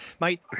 mate